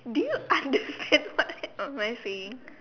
do you understand what am I saying